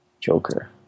Joker